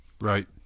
right